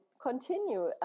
continue